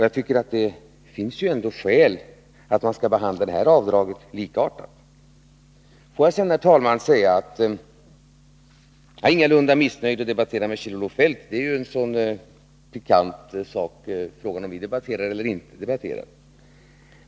Jag tycker det finns skäl att behandla detta avdrag likartat. Får jag så säga, herr talman, att jag ingalunda är missnöjd över att debattera med Kjell-Olof Feldt — frågan om vi debatterar eller inte är ju en så pikant sak.